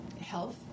health